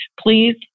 please